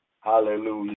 hallelujah